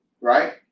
right